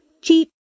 cheap